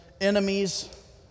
enemies